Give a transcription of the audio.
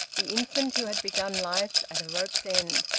the infant who had begun life at a rope's-end.